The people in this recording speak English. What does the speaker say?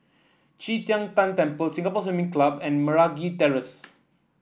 Qi Tian Tan Temple Singapore Swimming Club and Meragi Terrace